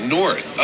north